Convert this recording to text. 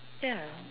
ya